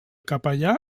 capellà